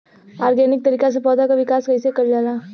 Organic तरीका से पौधा क विकास कइसे कईल जाला?